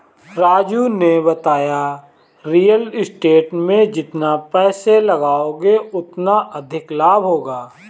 राजू ने बताया real estate में जितना पैसे लगाओगे उतना अधिक लाभ होगा